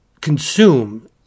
Consume